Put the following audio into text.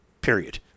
Period